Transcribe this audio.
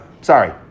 Sorry